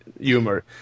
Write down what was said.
humor